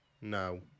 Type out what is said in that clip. No